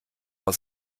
aus